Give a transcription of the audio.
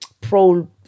pro